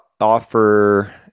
offer